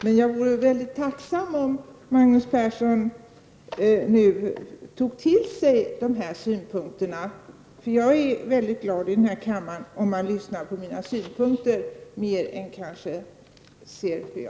Men jag vore mycket tacksam om Magnus Persson nu tog till sig de här synpunkterna.